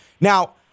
Now